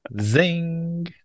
Zing